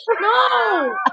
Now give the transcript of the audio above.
no